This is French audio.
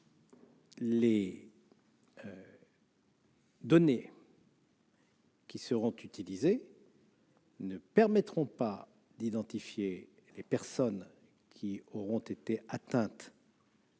les données qui seront utilisées ne permettront pas d'identifier les personnes qui auront été atteintes